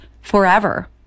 forever